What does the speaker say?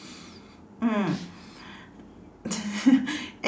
mm